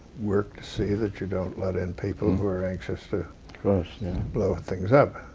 work to see that you don't let in people who are anxious to blow things up.